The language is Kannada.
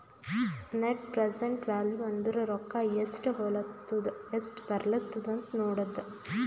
ನೆಟ್ ಪ್ರೆಸೆಂಟ್ ವ್ಯಾಲೂ ಅಂದುರ್ ರೊಕ್ಕಾ ಎಸ್ಟ್ ಹೊಲತ್ತುದ ಎಸ್ಟ್ ಬರ್ಲತ್ತದ ಅಂತ್ ನೋಡದ್ದ